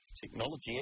technology